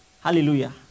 Hallelujah